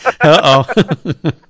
Uh-oh